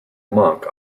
monk